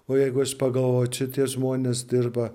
o jeigu aš pagalvočiau tie žmonės dirba